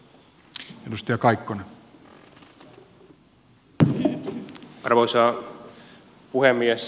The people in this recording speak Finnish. arvoisa puhemies